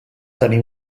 tenir